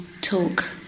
talk